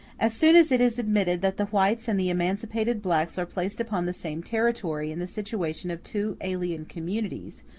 as soon as it is admitted that the whites and the emancipated blacks are placed upon the same territory in the situation of two alien communities,